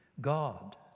God